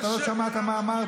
אתה לא שמעת מה אמרת.